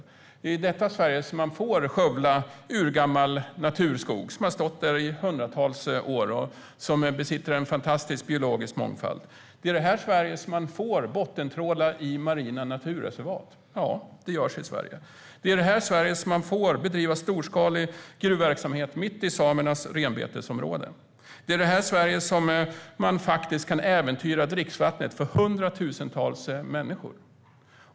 Det är i detta Sverige som man får skövla urgammal naturskog som har stått i hundratals år och som besitter en fantastisk biologisk mångfald. Det är i detta Sverige som man får bottentråla i marina naturreservat. Ja, det görs i Sverige. Det är i det här Sverige som man får bedriva storskalig gruvverksamhet mitt i samernas renbetesområde. Det är i det här Sverige som man kan äventyra dricksvattnet för hundratusentals människor.